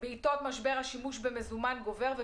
בעיתות משבר השימוש במזומן גובר,